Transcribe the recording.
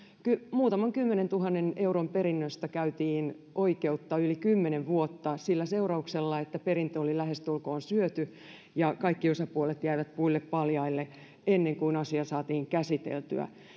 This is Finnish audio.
muutaman kymmenentuhannen euron perinnöstä käytiin oikeutta yli kymmenen vuotta sillä seurauksella että perintö oli lähestulkoon syöty ja kaikki osapuolet jäivät puille paljaille ennen kuin asia saatiin käsiteltyä